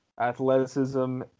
athleticism